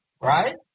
right